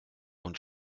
und